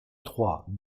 trois